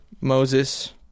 Moses